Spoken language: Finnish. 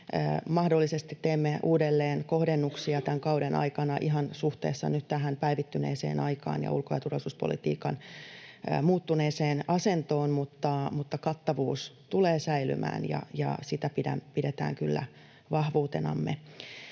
Mahdollisesti teemme uudelleenkohdennuksia tämän kauden aikana ihan suhteessa nyt tähän päivittyneeseen aikaan ja ulko- ja turvallisuuspolitiikan muuttuneeseen asentoon, mutta kattavuus tulee säilymään, ja sitä pidetään kyllä vahvuutenamme.